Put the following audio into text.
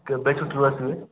କେବେ ଛୁଟିରୁ ଆସିବେ